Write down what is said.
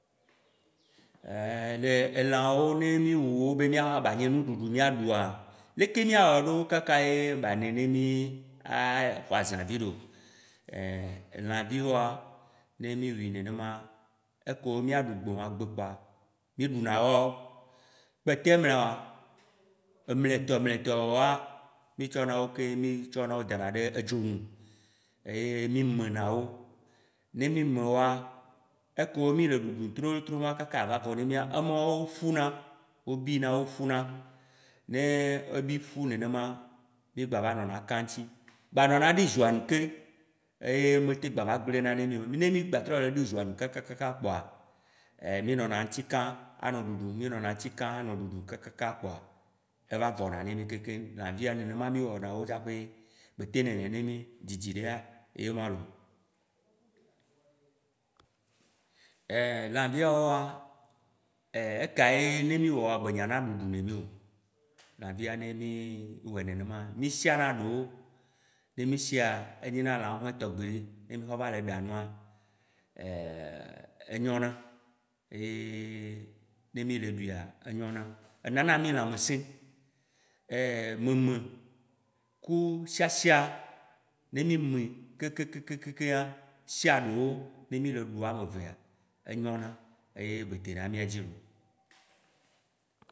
Ein de elãwo ne mi wu wo be mia ba nye nuɖuɖu ne mi mia ɖua, leke miawɔe ɖu kaka ye ma nenemi aye wa zanvi lo elãviwoa, ne mi wui nenema, ekewo miaɖu gbewãgbe kpoa, miɖuna wawo. Kpetɛ mlɔewoa emletɔ mletɔwoa, mi tsɔna wo keŋ, mi tsɔ na wo dana ɖe edzo nu, eye mi mena wo. Ne mi me woa, ekewo mi le ɖuɖu trolotroloa, kaka ava vɔ ne mia, emɔwo ƒuna, wo bina, wo ƒuna. Ne ebi, ƒu nenema, mi gba va nɔna ka eŋti, gba nɔ na ɖoe zɔa nu ke eye metem gba va gblena ne mi o. Ne mi gba trɔ le ɖo zoa nu kakakaka kpoa, e mi nɔna eŋti kam anɔ ɖuɖu, mi nɔna eŋti kam anɔ ɖuɖu kakaka kpoa, eva vɔna ne mi keŋkeŋ. Lãviwoa nenema mi wɔnawo tsaƒe be tem nɔ nɛ ne mi dzidzi ɖea, yema loo. Lãviawoa, ekawoe ne mi wɔa be nyana ɖuɖu ne mi o? Lãviawoa, ne mi wɔe nenema, mi siana ɖewo, ne mi siea, enye na lãhɔ̃hɔ̃ tɔgbe ne mi. Ne xɔ va le ɖa nua enyona, yee ne mi le ɖuia, enyona, enana mì lãmesĩ. Meme ku siasia, ne mi me k- k- k- k- kea, sia mewo, ne mi le ɖu woame evea enyona ye be dena mia dzi loo